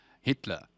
hitler